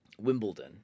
Wimbledon